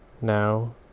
Now